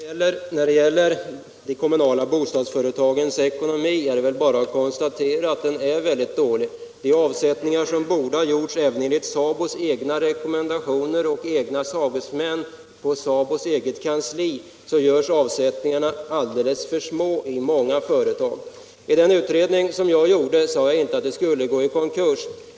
Herr talman! När det gäller de kommunala bostadsföretagens ekonomi är det väl bara att konstatera att den är väldigt dålig. Med utgångspunkt i SABO:s egna rekommendationer och enligt sagesmän på SABO:s kansli görs det alldeles för små avsättningar i många företag. I den utredning som jag gjorde sade jag inte att företagen skulle gå i konkurs.